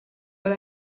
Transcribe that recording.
but